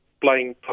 playing